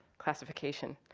classification.